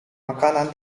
makanan